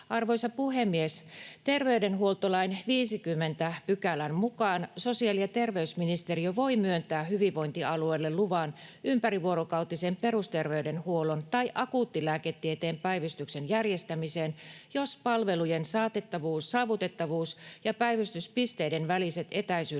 Arvoisa puhemies! Terveydenhuoltolain 50 §:n mukaan sosiaali- ja terveysministeriö voi myöntää hyvinvointialueelle luvan ympärivuorokautisen perusterveydenhuollon tai akuuttilääketieteen päivystyksen järjestämiseen, jos palvelujen saavutettavuus ja päivystyspisteiden väliset etäisyydet